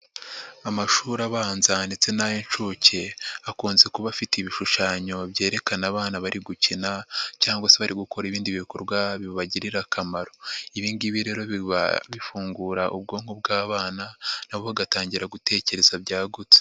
Amashuri abanza ndetse n'ay'inshuke, akunze kuba afite ibishushanyo byerekana abana bari gukina, cyangwa se bari gukora ibindi bikorwa bibagirira akamaro. Ibingibi rero biba bifungura ubwonko bw'abana, nabo bagatangira gutekereza byagutse.